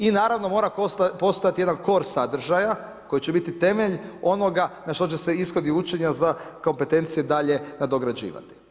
I naravno mora postojati jedan kor sadržaja, koji će biti temelj onoga na što će se ishodi učenja za kompetencije dalje dograđivati.